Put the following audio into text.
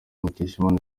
mukeshimana